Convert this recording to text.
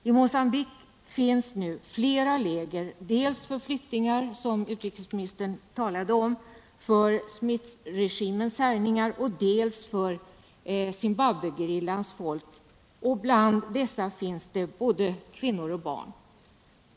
I Mogambique finns nu flera läger, dels för dem som flytt undan Smithregimens härjningar, som utrikesministern talade om, dels för Zimbabwegerillans folk. Och bland dessa finns det också kvinnor och barn.